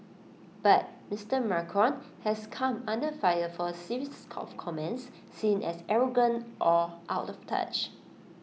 but Mister Macron has come under fire for A series of comments seen as arrogant or out of touch